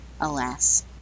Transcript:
alas